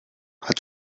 hat